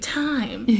time